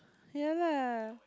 yeah lah